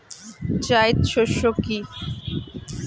জায়িদ শস্য কি?